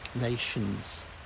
nations